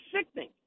sickening